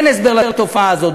אין הסבר לתופעה הזו.